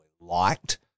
liked